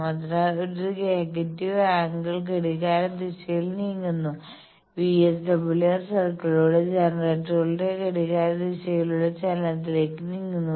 അതിനാൽ ഒരു negative angle ഘടികാരദിശയിൽ നീങ്ങുന്നു വിഎസ്ഡബ്ല്യുആർ സർക്കിളിലൂടെ ജനറേറ്ററുകളുടെ ഘടികാരദിശയിലുള്ള ചലനത്തിലേക്ക് നീങ്ങുന്നു